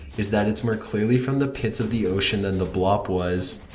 is that it's more clearly from the pits of the ocean than the bloop was.